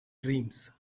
dreams